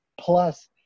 Plus